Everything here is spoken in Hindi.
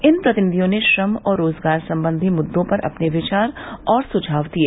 इन प्रतिनिधियों ने श्रम और रोजगार संबंधी मृद्दों पर अपने विचार और सुझाव दिए